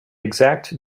exact